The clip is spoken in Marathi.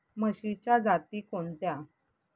म्हशीच्या जाती कोणत्या?